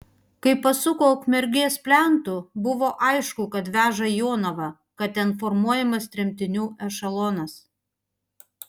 kai pasuko ukmergės plentu buvo aišku kad veža į jonavą kad ten formuojamas tremtinių ešelonas